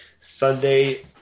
Sunday